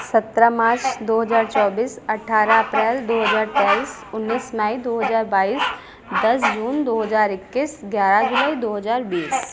सत्रह मार्च दो हजार चौबीस अठ्ठारह अप्रैल दो हजार तेईस उन्नीस मई दो हजार बाईस दस जून दो हजार इक्कीस ग्यारह जुलाई दो हजार बीस